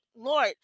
Lord